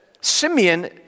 Simeon